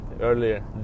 earlier